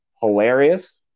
Hilarious